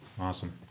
Awesome